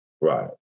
Right